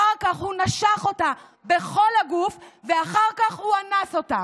אחר כך הוא נשך אותה בכל הגוף ואחר כך הוא אנס אותה.